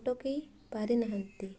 ଅଟକାଇ ପାରିନାହାନ୍ତି